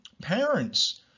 parents